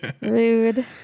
Rude